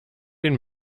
den